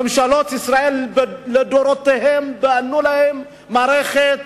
ממשלות ישראל לדורותיהן בנו להן מערכת